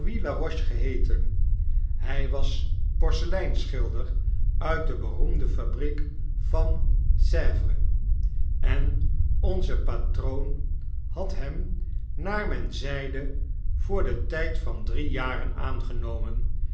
louis laroche geheeten hy was porseleinschilder uit de beroemde fabriek van s evres en onze patroon had hem naar men zeide voor den tijd van drie jaren aangenomen